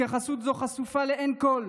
התייחסות זו חשופה לעין כול